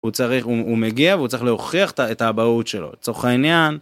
הוא צריך, הוא מגיע והוא צריך להוכיח את האבהות שלו, לצורך העניין.